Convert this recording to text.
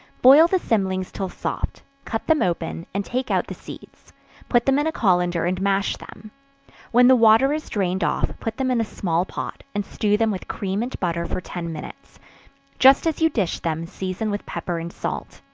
boil the cymlings till soft cut them open, and take out the seeds put them in a colander, and mash them when the water is drained off, put them in a small pot, and stew them with cream and butter for ten minutes just as you dish them, season with pepper and salt.